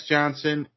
Johnson